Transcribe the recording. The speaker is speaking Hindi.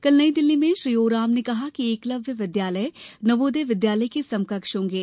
कल नई दिल्ली में श्री ओराम ने कहा कि एकलव्य विद्यालय नवोदय विद्यालय के समकक्ष होंगे